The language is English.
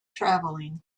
traveling